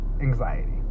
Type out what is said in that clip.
anxiety